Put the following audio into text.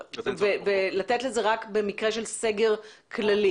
לתת לזה רק במקרה של סגר כללי,